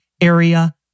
area